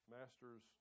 masters